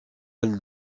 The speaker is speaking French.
elle